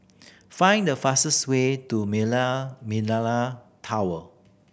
find the fastest way to Millenia Tower